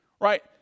Right